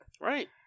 Right